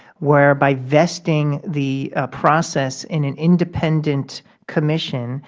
whereby vesting the process in an independent commission